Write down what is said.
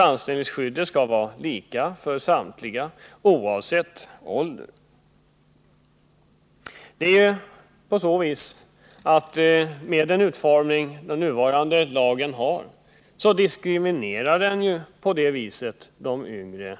Anställningsskyddet skall vara detsamma för alla, oavsett ålder. Den nuvarande lagen diskriminerar de yngre.